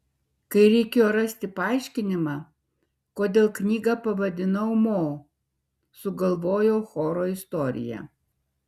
kai reikėjo rasti paaiškinimą kodėl knygą pavadinau mo sugalvojau choro istoriją